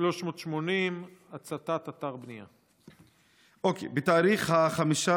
שאילתה מס' 380: הצתת אתר בנייה.